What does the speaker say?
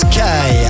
Sky